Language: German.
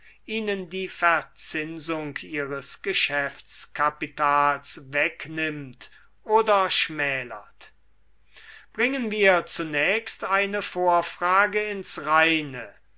ihnen die verzinsung ihres geschäftskapitals wegnimmt oder schmälert bringen wir zunächst eine vorfrage ins reine